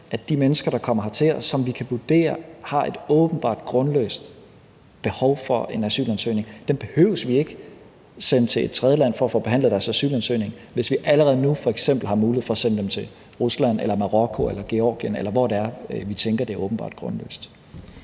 at de mennesker, der kommer hertil, og som vi kan vurdere har et åbenbart grundløst behov for en asylansøgning, behøver vi ikke sende til et tredjeland for at få behandlet deres asylansøgning, hvis vi allerede nu har mulighed for at sende dem til Rusland eller Marokko eller Georgien, eller hvor det er det, hvis vi tænker, det er åbenbart grundløst.